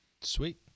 Sweet